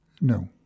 No